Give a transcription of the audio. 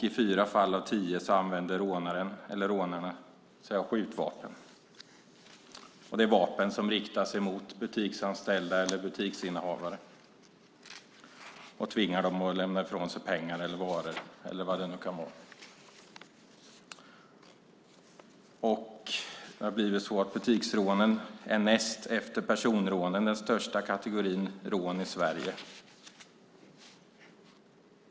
I fyra fall av tio använder rånaren eller rånarna sig av skjutvapen, och det är vapen som riktas mot butiksanställda eller butiksinnehavare som tvingas lämna ifrån sig pengar, varor eller vad det nu kan vara. Det har blivit så att butiksrånen, näst efter personrånen, är den största kategorin rån i Sverige.